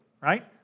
right